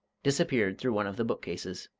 disappeared through one of the bookcases.